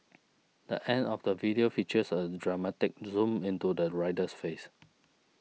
the end of the video features a dramatic zoom into the rider's face